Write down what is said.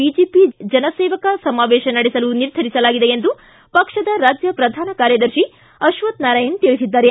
BJP ಜನಸೇವಕ ಸಮಾವೇಶ ನಡೆಸಲು ನಿರ್ಧರಿಸಲಾಗಿದೆ ಎಂದು ಪಕ್ಷದ ರಾಜ್ಯ ಪ್ರಧಾನ ಕಾರ್ಯದರ್ಶಿ ಅಕ್ಷಕ್ಕನಾರಾಯಣ ತಿಳಿಸಿದ್ದಾರೆ